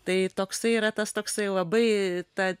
tai toksai yra tas toksai labai ta